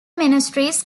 ministries